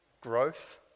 growth